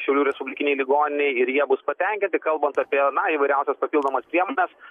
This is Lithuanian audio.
šiaulių respublikinei ligoninei ir jie bus patenkinti kalbant apie na įvairiausias papildomas priemones